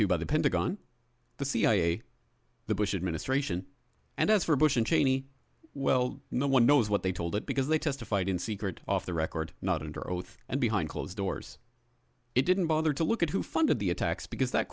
to by the pentagon the cia the bush administration and as for bush and cheney well no one knows what they told it because they testified in secret off the record not under oath and behind closed doors it didn't bother to look at who funded the attacks because that